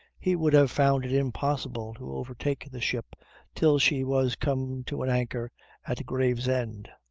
he would have found it impossible to overtake the ship till she was come to an anchor at gravesend.